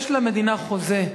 יש למדינה חוזה,